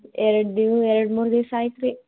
ಎರಡು ದಿವ್ ಎರಡು ಮೂರು ದಿವ್ಸ ಆಯ್ತು ರೀ